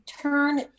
turn